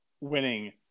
winning